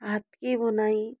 हाथ की बुनाई